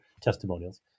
testimonials